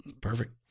Perfect